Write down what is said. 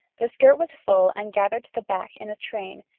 the skirt was full and gathered to the back in a train,